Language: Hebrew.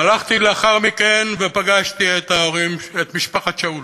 הלכתי לאחר מכן ופגשתי את משפחת שאול,